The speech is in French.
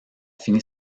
fini